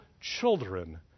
children